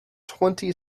twenty